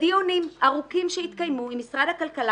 בדיונים ארוכים שהתקיימו עם משרד הכלכלה